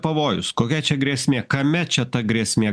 pavojus kokia čia grėsmė kame čia ta grėsmė